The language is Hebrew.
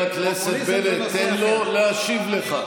חבר הכנסת בנט, תן לו להשיב לך.